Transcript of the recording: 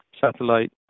satellite